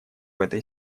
этой